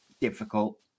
difficult